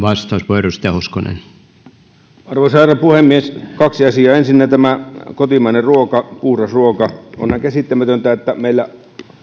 arvoisa herra puhemies kaksi asiaa ensinnä tämä kotimainen ruoka puhdas ruoka on on käsittämätöntä että meillä